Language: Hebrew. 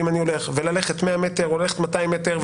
ואם אני הולך 200-100 מטר,